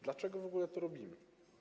Dlaczego w ogóle to robimy?